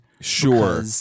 Sure